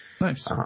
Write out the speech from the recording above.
Nice